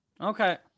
Okay